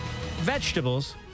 vegetables